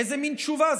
איזו מין תשובה זאת?